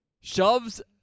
shoves